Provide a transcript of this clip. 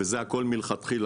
וזה הכול מלכתחילה,